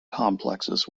complexes